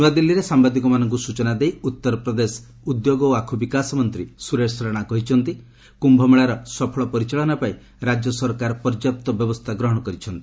ନୂଆଦିଲ୍ଲୀରେ ସାମ୍ଭାଦିକମାନଙ୍କୁ ସୂଚନା ଦେଇ ଉତ୍ତରପ୍ରଦେଶ ଉଦ୍ୟୋଗ ଓ ଆଖୁ ବିକାଶ ମନ୍ତ୍ରୀ ସୁରେଶ ରାଣା କହିଛନ୍ତି କ୍ୟୁମେଳାର ସଫଳ ପରିଚାଳନା ପାଇଁ ରାଜ୍ୟସରକାର ପର୍ଯ୍ୟାପ୍ତ ବ୍ୟବସ୍ଥା ଗ୍ରହଣ କରିଛନ୍ତି